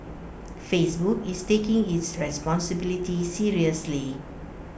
Facebook is taking its responsibility seriously